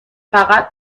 فقط